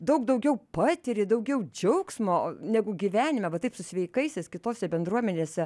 daug daugiau patiri daugiau džiaugsmo negu gyvenime va taip su sveikaisiais kitose bendruomenėse